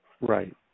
Right